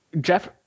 jeff